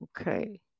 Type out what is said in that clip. Okay